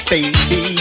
Baby